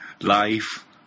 Life